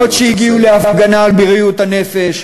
מאות שהגיעו להפגנה על בריאות הנפש,